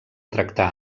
tractar